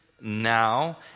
now